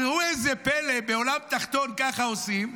אבל ראו איזה פלא, בעולם תחתון ככה עושים,